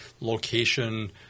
location